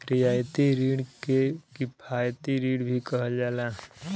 रियायती रिण के किफायती रिण भी कहल जाला